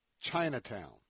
Chinatown